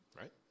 Right